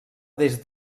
des